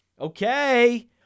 Okay